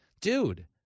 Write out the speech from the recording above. Dude